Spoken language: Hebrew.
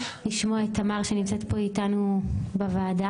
לשמוע את תמר שנמצאת פה אתנו בוועדה.